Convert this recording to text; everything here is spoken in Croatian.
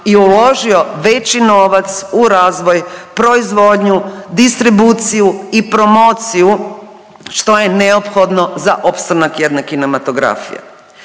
i uložio veći novac u razvoj proizvodnju, distribuciju i promociju što je neophodno za opstanak jedne kinematografije.